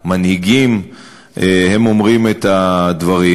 ומנהיגים הם אומרים את הדברים.